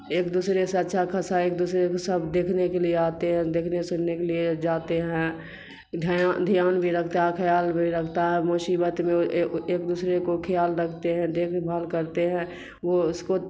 ایک دوسرے سے اچھا خاصا ایک دوسرے کو سب دیکھنے کے لیے آتے ہیں دیکھنے سننے کے لیے جاتے ہیں دھیان بھی رکھتا ہے کھیال بھی رکھتا ہے مصیبت میں ایک دوسرے کو خیال رکھتے ہیں دیکھ بھال کرتے ہیں وہ اس کو